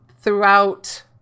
throughout